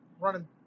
running